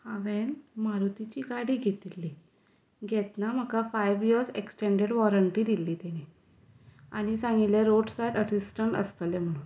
हांवें मारुतीची गाडी घेतिल्ली घेतना म्हाका फायव्ह यर्स एक्सटँडेड वॉरंटी दिल्ली तांणी आनी सांगिल्लें रोड्सार असिसटंट आसतलें म्हणून